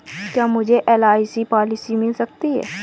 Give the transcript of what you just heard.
क्या मुझे LIC policy मिल सकती है?